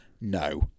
no